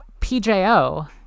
PJO